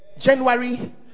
January